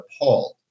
appalled